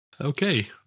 okay